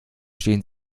stehen